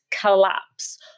collapse